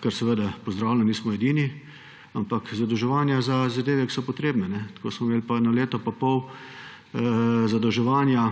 kar seveda pozdravljam, nismo edini – ampak zadolževanja za zadeve, ki so potrebne, smo tako imeli leto in pol zadolževanja